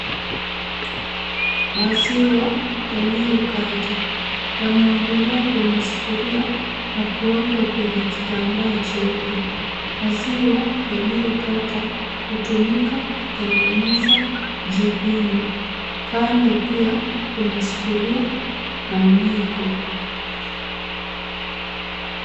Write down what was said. Maziwa yaliyokata yameondolewa kwenye sufuria na kuwekwa kwenye kitambaa cheupe. Maziwa yaliyokata hutumika kutengeneza jibini. Kando pia kuna sufuria na mwiko.